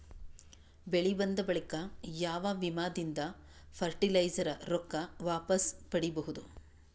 ಬೆಳಿ ಬಂದ ಬಳಿಕ ಯಾವ ವಿಮಾ ದಿಂದ ಫರಟಿಲೈಜರ ರೊಕ್ಕ ವಾಪಸ್ ಪಡಿಬಹುದು?